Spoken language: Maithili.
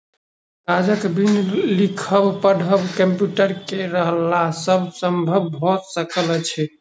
कागजक बिन लिखब पढ़ब कम्प्यूटर के रहला सॅ संभव भ सकल अछि